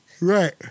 Right